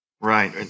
right